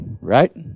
Right